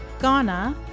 Ghana